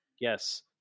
yes